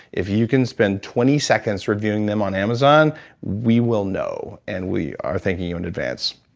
if you can spend twenty seconds reviewing them on amazon we will know, and we are thanking you in advance